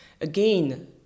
Again